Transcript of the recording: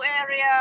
area